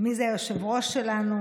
כל שנה הכנסת מאשררת את זה.